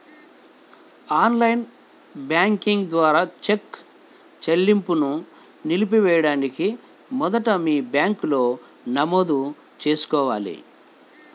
on line banking ద్వారా cheque చెల్లింపును నిలిపివేయడానికి మొదట మీ బ్యాంకులో నమోదు చేసుకోవాలి